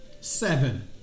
Seven